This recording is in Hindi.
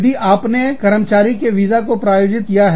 यदि आपने कर्मचारी के वीजा को प्रायोजित किया है